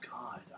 God